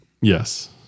Yes